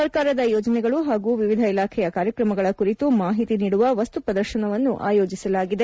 ಸರ್ಕಾರದ ಯೋಜನೆಗಳು ಹಾಗೂ ವಿವಿಧ ಇಲಾಖೆಯ ಕಾರ್ಯತ್ರಮಗಳ ಕುರಿತು ಮಾಹಿತಿ ನೀಡುವ ವಸ್ತು ಪ್ರದರ್ಶನವನ್ನು ಆಯೋಜಿಸಲಾಗಿದೆ